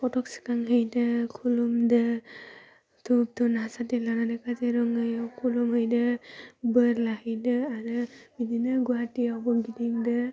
फटक थिखांहैदों खुलुमदो धुप धुना साथि लानानै काजिरङायाव खुलुमहैदो बोर लाहैदो आरो बिदिनो गुवाहाटियावबो गिदिंदो